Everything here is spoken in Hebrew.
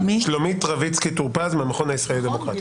שלומית רביצקי טור פז מהמכון הישראלי לדמוקרטיה.